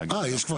להגיד כמה